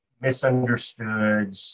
misunderstood